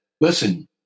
listen